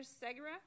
Segura